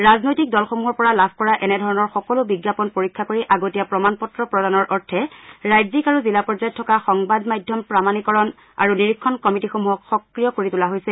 ৰাজনৈতিক দলসমূহৰ পৰা লাভ কৰা এনেধৰণৰ সকলো বিজ্ঞাপন পৰীক্ষা কৰি আগতীয়া প্ৰমাণপত্ৰ প্ৰদানৰ অৰ্থে ৰাজ্যিক আৰু জিলা পৰ্যায়ত থকা সংবাদ মাধ্যম প্ৰমাণিকৰণ আৰু নিৰীক্ষণ কমিটীসমূহ সক্ৰিয় কৰি তোলা হৈছে